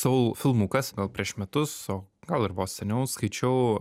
sol filmukas gal prieš metus o gal ir vos seniau skaičiau